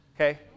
Okay